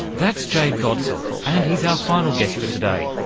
that's jay godsall and he's our final guest for today.